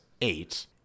eight